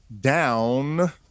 down